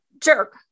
jerk